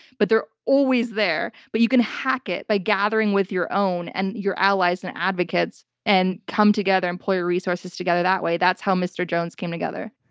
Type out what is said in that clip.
but they're always there, but you can hack it by gathering with your own and your allies and advocates and come together and pull your resources together that way. that's how mr. jones came together.